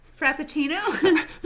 Frappuccino